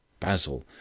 basil,